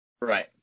Right